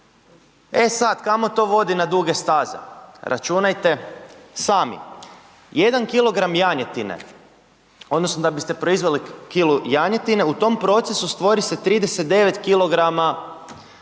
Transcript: E sad kao to vodi na duge staze? Računajte sami, jedan kilogram janjetine odnosno da biste proizveli kilu janjetine u tom procesu stvori se 39 kilograma